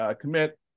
commit